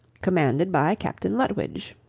commanded by captain lutwidge.